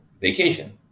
vacation